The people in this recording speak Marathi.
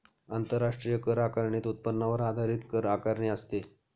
आंतरराष्ट्रीय कर आकारणीत उत्पन्नावर आधारित कर आकारणी असते